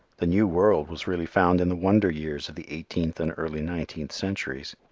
the new world was really found in the wonder-years of the eighteenth and early nineteenth centuries.